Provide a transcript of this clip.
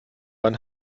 ein